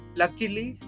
luckily